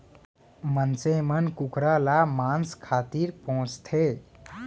मनसे मन कुकरा ल मांस खातिर पोसथें